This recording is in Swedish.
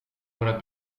våra